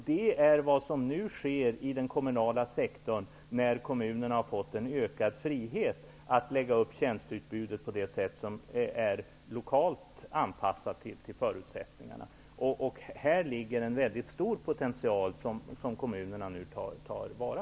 Detta är vad som nu sker inom den kommunala sektorn genom att kommunerna har fått en ökat frihet att lägga upp tjänsteutbudet på ett sätt som är lokalt anpassat efter förutsättningarna. Här ligger en stor potential som kommunerna tar till vara.